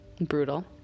brutal